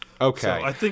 Okay